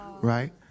right